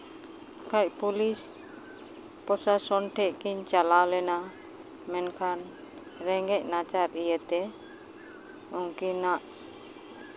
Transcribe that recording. ᱵᱟᱠᱷᱟᱡ ᱯᱩᱞᱤᱥ ᱯᱨᱚᱥᱟᱥᱚᱱ ᱴᱷᱮᱱ ᱠᱤᱱ ᱪᱟᱞᱟᱣ ᱞᱮᱱᱟ ᱢᱮᱱᱠᱷᱟᱱ ᱨᱮᱸᱜᱮᱡ ᱱᱟᱪᱟᱨ ᱤᱭᱟᱹᱛᱮ ᱩᱱᱠᱤᱱᱟᱜ